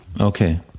okay